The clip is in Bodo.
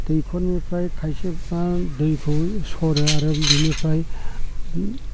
दैखरनिफ्राय खायसेफ्रा दैखौ सरो आरो बेनिफ्राय